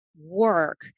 work